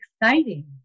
exciting